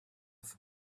nesaf